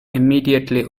immediately